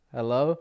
Hello